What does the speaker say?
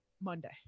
Monday